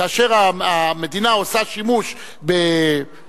כאשר המדינה עושה שימוש בעמותה,